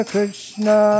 Krishna